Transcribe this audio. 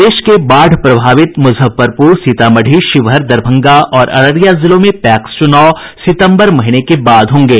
प्रदेश के बाढ़ प्रभावित मुजफ्फरपुर सीतामढ़ी शिवहर दरभंगा और अररिया जिलों में पैक्स चुनाव सितंबर महीने के बाद होंगे